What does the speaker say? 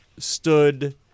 Stood